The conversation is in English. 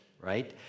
right